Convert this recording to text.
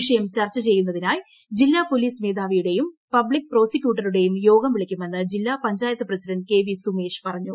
വിഷയം ചർച്ച ചെയ്യുന്നതിനായി ജില്ലാ പോലീസ് മേധാവിയുടെയും പബ്ലിക്ക് പ്രോസിക്യൂട്ടറുടെയും യോഗം വിളിക്കുമെന്ന് ജില്ലാ panchayat president K V Sumesh പറഞ്ഞു